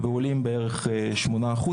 ובערך 8% עולים.